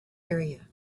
area